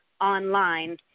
online